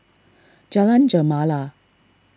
Jalan Gemala